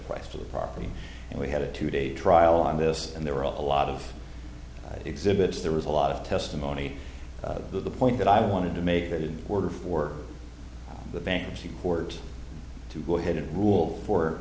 the property and we had a two day trial on this and there were a lot of exhibits there was a lot of testimony to the point that i wanted to make that in order for the bankruptcy court to go ahead and rule for